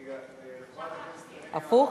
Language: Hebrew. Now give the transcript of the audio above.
רגע, את יכולה, הפוך?